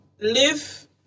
live